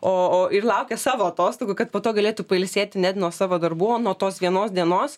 o o ir laukia savo atostogų kad po to galėtų pailsėti net nuo savo darbų o nuo tos vienos dienos